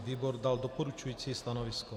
Výbor dal doporučující stanovisko.